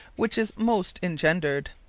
which is most ingendred.